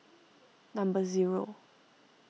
number zero